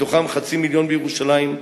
מתוכם חצי מיליון בירושלים,